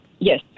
Yes